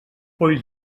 poll